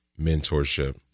mentorship